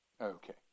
Okay